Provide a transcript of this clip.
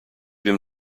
him